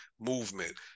movement